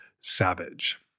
SAVAGE